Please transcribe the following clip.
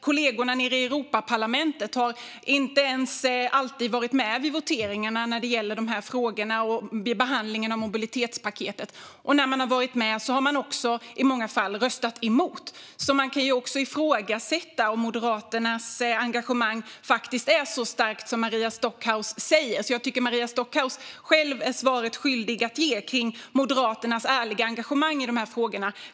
Kollegorna nere i Europaparlamentet har inte ens alltid varit med vid voteringarna när det gäller de här frågorna och vid behandlingen av mobilitetspaketet. När de har varit med har de också i många fall röstat emot. Man kan alltså ifrågasätta om Moderaternas engagemang faktiskt är så starkt som Maria Stockhaus säger att det är. Jag tycker att Maria Stockhaus är skyldig att ge ett svar när det gäller Moderaternas ärliga engagemang i de här frågorna.